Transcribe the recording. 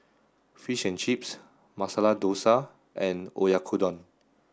Fish and Chips Masala Dosa and Oyakodon